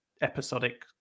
episodic